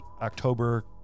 october